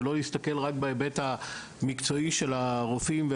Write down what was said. ולא להסתכל רק בהיבט המקצועי של הרופאים.